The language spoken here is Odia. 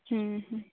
ହୁଁ ହୁଁ